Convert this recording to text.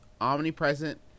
omnipresent